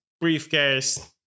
briefcase